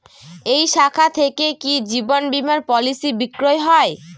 এই শাখা থেকে কি জীবন বীমার পলিসি বিক্রয় হয়?